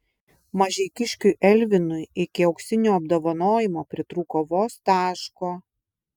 mažeikiškiui elvinui iki auksinio apdovanojimo pritrūko vos taško